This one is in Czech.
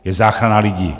Je záchrana lidí!